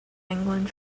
england